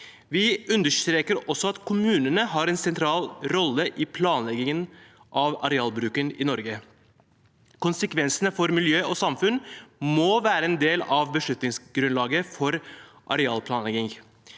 Vi understreker også at kommunene har en sentral rolle i planleggingen av arealbruken i Norge. Konsekvensene for miljø og samfunn må være en del av beslutningsgrunnlaget for arealplanlegging.